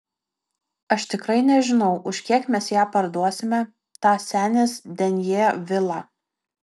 aš tikrai nežinau už kiek mes ją parduosime tą senės denjė vilą